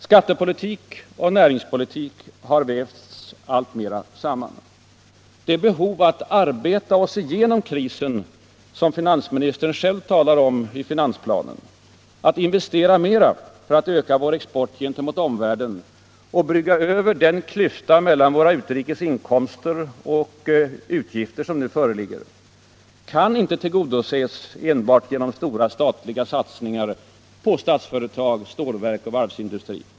Skattepolitik och näringspolitik har under de senaste åren vävts alltmera samman. Det behov att ”arbeta oss” igenom krisen som finansministern själv talar om i finansplanen, att investera mera för att öka vår export gentemot omvärlden och brygga över den klyfta mellan våra utrikes inkomster och utgifter som nu föreligger, kan inte tillgodoses genom stora statliga satsningar på statsföretag, stålverk och varvsindustri.